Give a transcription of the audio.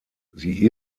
sie